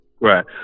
right